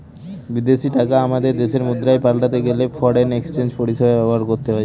বিদেশী টাকা আমাদের দেশের মুদ্রায় পাল্টাতে গেলে ফরেন এক্সচেঞ্জ পরিষেবা ব্যবহার করতে হয়